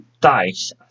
dice